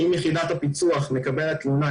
אם יחידת הפיצו"ח מקבלת תלונה,